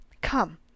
come